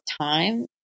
time